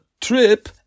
Trip